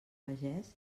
pagès